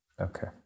Okay